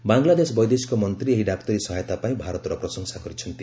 ବାଂଲାଦେଶ ବୈଦେଶିକ ମନ୍ତ୍ରୀ ଏହି ଡାକ୍ତରୀ ସହାୟତାପାଇଁ ଭାରତର ପ୍ରଶଂସା କରିଛନ୍ତି